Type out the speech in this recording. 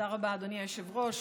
תודה רבה, אדוני היושב-ראש.